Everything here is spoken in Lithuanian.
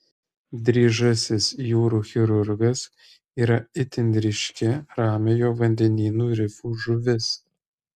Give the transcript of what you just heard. dryžasis jūrų chirurgas yra itin ryški ramiojo vandenyno rifų žuvis